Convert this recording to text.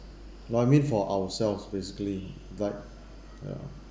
not I mean for ourself basically guy ya